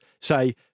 say